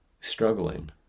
struggling